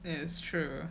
is true